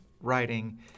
writing